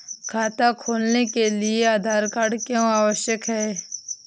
खाता खोलने के लिए आधार क्यो आवश्यक है?